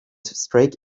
straight